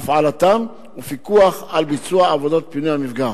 הפעלתם ופיקוח על ביצוע עבודת פינוי המפגע.